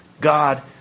God